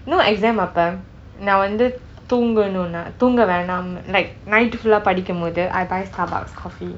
you know exam அப்பே நான் வந்து தூங்கனும் னா தூங்க வேண்டாம்:appei naan thoonganum naa thoonga vendam like night full ஆ படிக்கும் போது:aa padikkum pothu I buy starbucks coffee